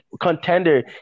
contender